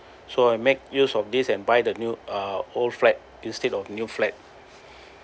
so I make use of this and buy the new uh old flat instead of new flat